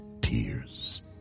tears